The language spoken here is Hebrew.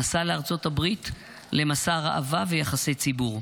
נסע לארצות הברית למסע ראווה ויחסי ציבור.